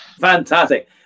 Fantastic